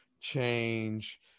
change